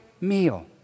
meal